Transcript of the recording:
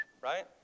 right